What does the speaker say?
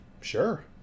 sure